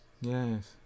Yes